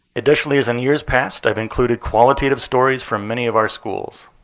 additionally, as in years past, i've included qualitative stories from many of our schools.